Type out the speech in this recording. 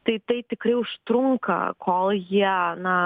tai tai tikrai užtrunka kol jie na